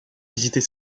visiter